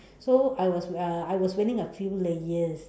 so I was uh I was wearing a few layers